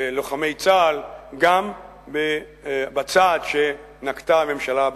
בלוחמי צה"ל, תמיכה גם בצעד שנקטה הממשלה בהחלטתה.